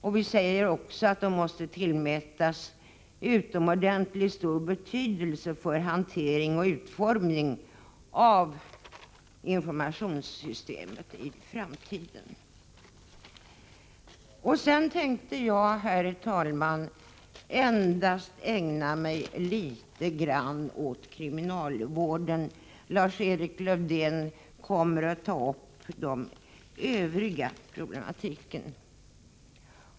Vi framhåller också att de måste tillmätas utomordentligt stor betydelse för hantering och utformning av informationssystemet i framtiden. I fortsättningen tänker jag, herr talman, enbart något beröra kriminalvården. Lars-Erik Lövdén kommer att ta upp den övriga problematiken.